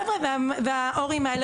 חבר'ה וההורים האלה,